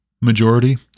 majority